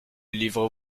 livre